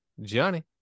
Johnny